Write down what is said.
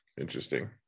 Interesting